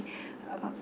uh